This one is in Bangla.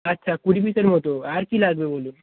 আচ্ছা কুড়ি পিসের মতো আর কী লাগবে বলুন